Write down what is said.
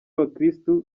bakirisitu